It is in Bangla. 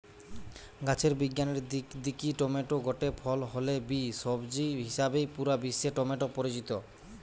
গাছের বিজ্ঞানের দিক দিকি টমেটো গটে ফল হলে বি, সবজি হিসাবেই পুরা বিশ্বে টমেটো পরিচিত